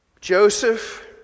Joseph